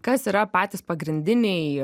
kas yra patys pagrindiniai